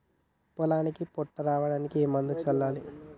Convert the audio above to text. పొలానికి పొట్ట రావడానికి ఏ మందును చల్లాలి?